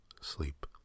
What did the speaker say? sleep